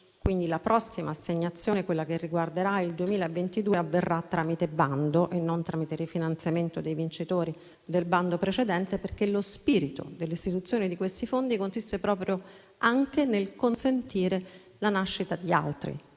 quindi che la prossima assegnazione, quella che riguarderà il 2022, avverrà tramite bando e non tramite rifinanziamento dei vincitori del bando precedente. Lo spirito dell'istituzione di questi fondi consiste, infatti, proprio nel consentire la nascita di altri